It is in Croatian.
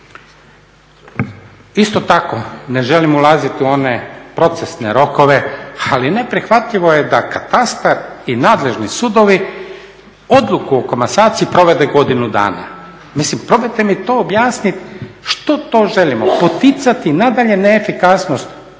Isto tako ne želim ulaziti u one procesne rokove, ali neprihvatljivo je da katastar i nadležni sudovi odluku o komasaciji provode godinu dana. mislim probajte mi to objasniti što to želimo, poticati nadalje neefikasnost